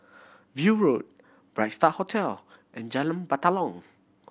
View Road Bright Star Hotel and Jalan Batalong